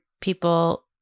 people